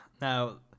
now